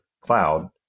cloud